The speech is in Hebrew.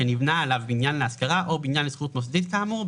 שנבנה עליו בניין להשכרה או בניין לשכירות מוסדית כאמור,